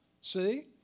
see